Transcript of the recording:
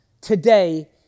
today